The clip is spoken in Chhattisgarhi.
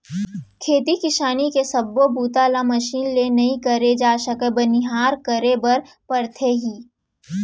खेती किसानी के सब्बो बूता ल मसीन ले नइ करे जा सके बनिहार करे बर परथे ही